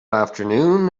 afternoon